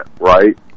right